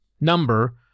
number